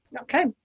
Okay